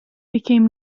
became